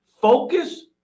Focus